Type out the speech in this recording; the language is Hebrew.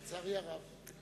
לצערי הרב.